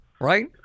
right